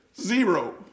zero